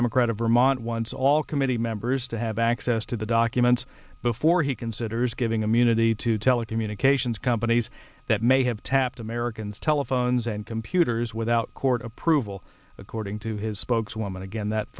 democrat of vermont once all committee members to have access to the documents before he considers giving immunity to telecommunications companies that may have tapped americans telephones and computers without court approval according to his spokeswoman again that